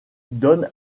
donne